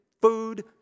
food